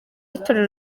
itorero